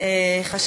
חנין.